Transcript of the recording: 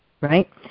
right